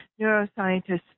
neuroscientists